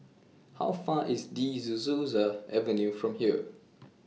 How Far away IS De Souza Avenue from here